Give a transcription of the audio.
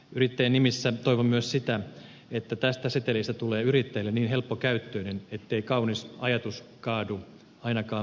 yrittäjien nimissä toivon myös sitä että tästä setelistä tulee yrittäjille niin helppokäyttöinen ettei kaunis ajatus kaadu ainakaan byrokraattisiin kiemuroihin